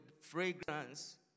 fragrance